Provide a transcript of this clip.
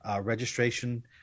Registration